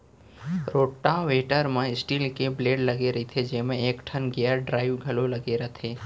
rotavator म steel के blade लगे रइथे जेमा एकठन गेयर ड्राइव घलौ लगे रथे